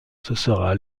sera